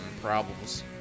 problems